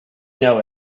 know